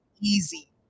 Easy